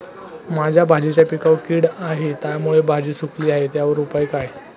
माझ्या भाजीच्या पिकावर कीड आहे त्यामुळे भाजी सुकली आहे यावर काय उपाय?